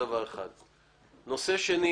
נושא שני